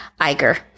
Iger